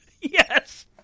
Yes